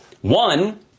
one